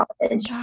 college